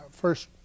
first